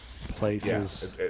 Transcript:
places